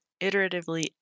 iteratively